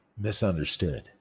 misunderstood